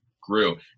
grew